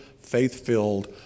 faith-filled